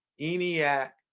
ENIAC